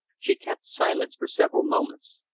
she kept silence for several moments.